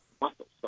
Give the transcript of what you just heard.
muscles